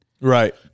Right